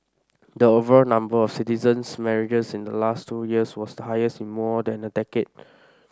the overall number of citizens marriages in the last two years was the highest in more than a decade